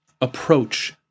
approach